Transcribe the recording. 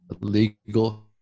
legal